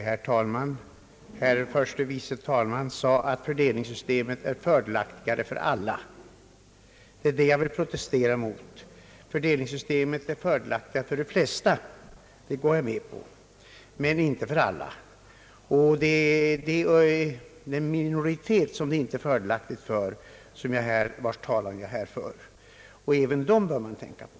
Herr talman! Herr förste vice talmannen sade att fördelningssystemet är fördelaktigare för alla. Det vill jag protestera emot. Fördelningssystemet är fördelaktigare för de flesta — det går jag med på — men inte för alla. Det är den minoritet för vilken det inte är fördelaktigt vars talan jag fört här. även den gruppen bör man tänka på.